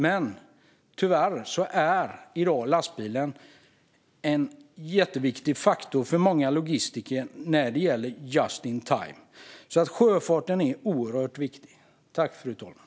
Men tyvärr är i dag lastbilen en jätteviktig faktor för många logistiker när det gäller "just in time". Sjöfarten är oerhört viktig, fru talman.